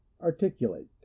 Articulate